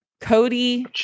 cody